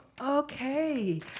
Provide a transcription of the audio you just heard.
Okay